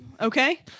Okay